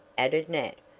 added nat,